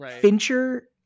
fincher